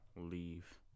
leave